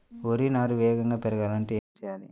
వరి నారు వేగంగా పెరగాలంటే ఏమి చెయ్యాలి?